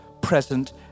present